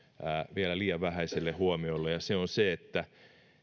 vielä liian vähäiselle huomiolle ja se on se